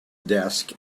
desk